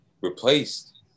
replaced